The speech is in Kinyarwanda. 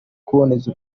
kuboneza